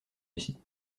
lucie